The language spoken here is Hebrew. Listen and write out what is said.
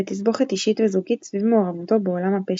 בתסבוכת אישית וזוגית סביב מעורבותו בעולם הפשע.